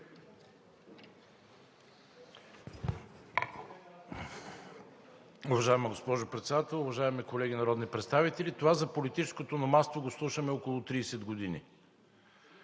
Уважаема госпожо Председател, уважаеми колеги народни представители! Това за политическото номадство го слушаме около 30 години.